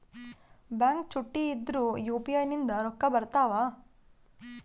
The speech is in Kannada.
ಬ್ಯಾಂಕ ಚುಟ್ಟಿ ಇದ್ರೂ ಯು.ಪಿ.ಐ ನಿಂದ ರೊಕ್ಕ ಬರ್ತಾವಾ?